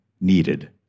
needed